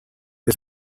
his